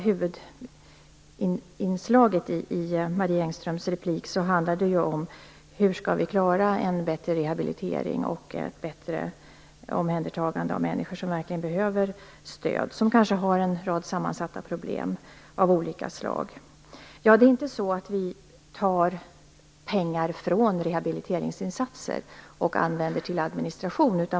Huvudinslaget i Marie Engströms inlägg handlade om hur vi skall klara en bättre rehabilitering och ett bättre omhändertagande av människor som verkligen behöver stöd, som kanske har en rad sammansatta problem av olika slag. Men det är inte så att vi tar pengar från rehabiliteringsinsatser och använder till administration.